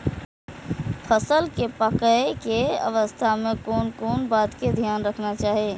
फसल के पाकैय के अवस्था में कोन कोन बात के ध्यान रखना चाही?